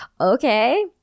okay